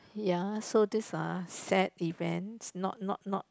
ya so this are sad event not not not